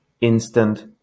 instant